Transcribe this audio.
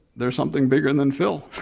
there's something bigger than phil.